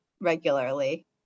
regularly